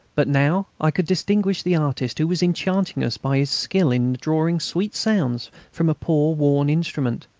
but now i could distinguish the artist who was enchanting us by his skill in drawing sweet sounds from a poor worn instrument.